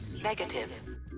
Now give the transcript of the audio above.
Negative